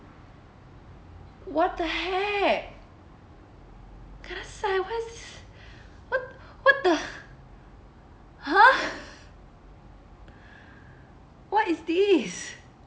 what the heck kanasai what what the !huh! what is this